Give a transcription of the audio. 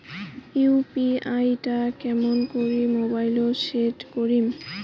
UPI টা কেমন করি মোবাইলত সেট করিম?